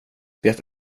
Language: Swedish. det